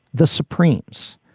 the supremes.